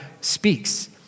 speaks